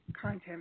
content